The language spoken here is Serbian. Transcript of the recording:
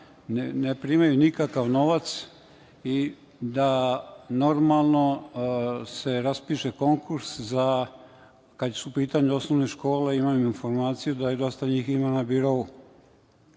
ne primaju nikakav novac, da se raspiše konkurs, jer, kada su u pitanju osnovne škole, imam informaciju da dosta njih ima na birou. Što